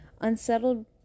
Unsettled